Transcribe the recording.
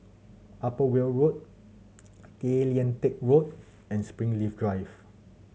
Upper Weld Road Tay Lian Teck Road and Springleaf Drive